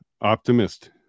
optimist